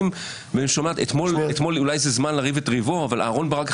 אולי זה לא הזמן לריב את ריבו אבל אהרן ברק,